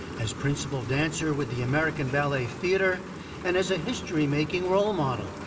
as principal dancer with the american ballet theatre and as a history-making role model,